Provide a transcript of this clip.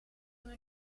toen